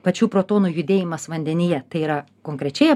pačių protonų judėjimas vandenyje tai yra konkrečiai